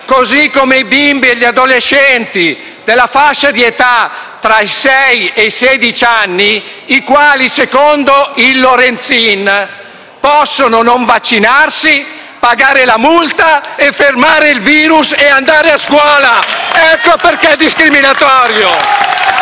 a scuola i bimbi e gli adolescenti della fascia di età tra i sei e i sedici anni, i quali, secondo il Lorenzin, possono non vaccinarsi, pagare la multa e fermare il virus. Ecco perché è discriminatorio.